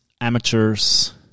amateurs